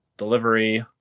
delivery